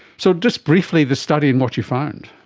so, just briefly, the study and what you found.